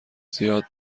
زیاد